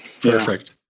Perfect